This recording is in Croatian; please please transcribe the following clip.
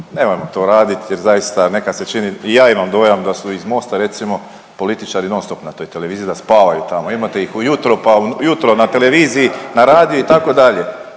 nemojmo to radit jer zaista nekad se čini i ja imam dojam da su iz Mosta recimo političari non stop na toj televiziji da spavaju tamo, imate ih ujutro pa ujutro na televiziji, na radiju itd.